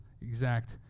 exact